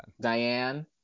Diane